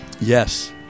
Yes